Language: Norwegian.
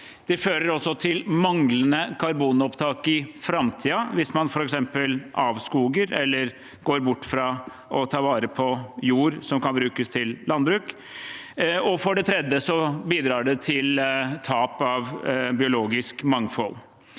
det fører også til manglende karbonopptak i framtiden, hvis man f.eks. avskoger eller går bort fra å ta vare på jord som kan brukes til landbruk, og for det tredje bidrar det til tap av biologisk mangfold.